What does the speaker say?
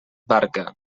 barca